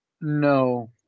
No